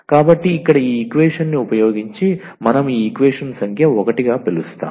కాబట్టి ఇక్కడ ఈ ఈక్వేషన్ని ఉపయోగించి మనం ఈక్వేషన్ సంఖ్య 1 గా పిలుస్తాము